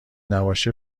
نباشه